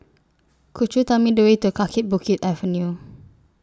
Could YOU Tell Me The Way to Kaki Bukit Avenue